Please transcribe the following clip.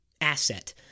asset